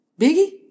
Biggie